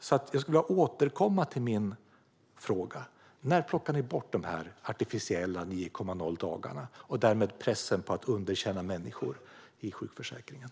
Jag skulle därför vilja återkomma till min fråga: När plockar ni bort dessa artificiella 9,0 dagar och därmed pressen att underkänna människor i sjukförsäkringen?